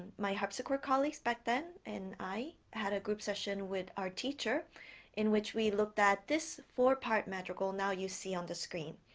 my harpsichord colleagues back then and i had a group session with our teacher in which we looked at this four part madrigal now you see on the screen.